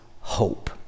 hope